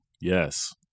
yes